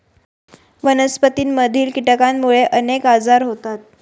वनस्पतींमधील कीटकांमुळे अनेक आजार होतात